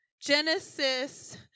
Genesis